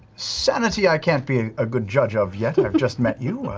sanity i can't be a good judge of yet, i just met you.